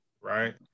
right